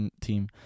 team